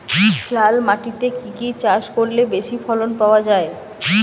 লাল মাটিতে কি কি চাষ করলে বেশি ফলন পাওয়া যায়?